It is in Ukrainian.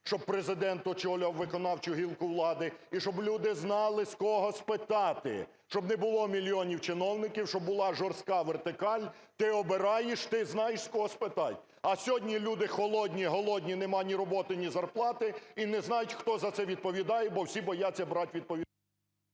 щоб Президент очолював виконавчу гілку влади. І щоб люди знали, з кого спитати, щоб не було мільйонів чиновників, щоб була жорстка вертикаль, ти обираєш – ти знаєш, з кого спитати. А сьогодні люди холодні, голодні, нема ні роботи, ні зарплати і не знають, хто за це відповідає, бо всі бояться брати відповідальність…